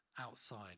outside